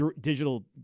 digital